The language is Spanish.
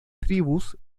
tribus